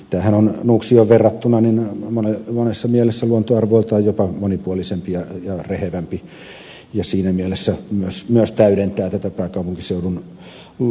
tämähän on nuuksioon verrattuna monessa mielessä luontoarvoiltaan jopa monipuolisempi ja rehevämpi ja siinä mielessä myös täydentää pääkaupunkiseudun luonnonsuojelualueitten kokonaisuutta mainiosti